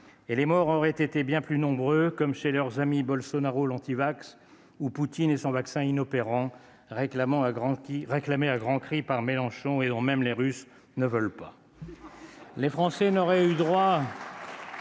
et les morts auraient été bien plus nombreux, comme chez leurs amis Bolsonaro l'antivax ou Poutine, dont le vaccin inopérant était réclamé à grands cris par Mélenchon alors que même les Russes n'en veulent pas ! Les Français n'auraient eu droit